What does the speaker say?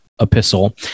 epistle